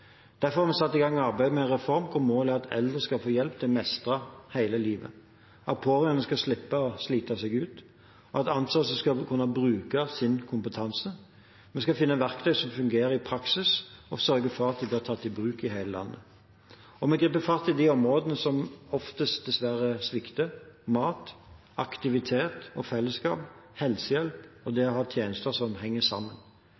har derfor satt i gang arbeidet med en reform hvor målet er at eldre skal få hjelp til å mestre hele livet, at pårørende skal slippe å slite seg ut, og at ansatte skal kunne bruke sin kompetanse. Vi skal finne verktøyene som fungerer i praksis, og sørge for at de blir tatt i bruk i hele landet, og vi griper fatt i de områdene der det dessverre oftest svikter: mat, aktivitet og felleskap, helsehjelp og det å ha tjenester som henger sammen.